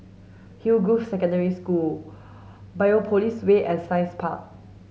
Hillgrove Secondary School Biopolis Way and Science Park